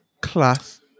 class